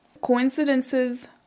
coincidences